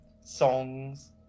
songs